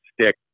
stick